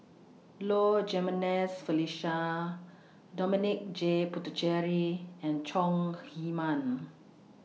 Low Jimenez Felicia Dominic J Puthucheary and Chong Heman